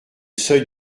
seuil